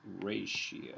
Ratio